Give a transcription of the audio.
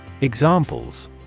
Examples